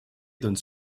donnent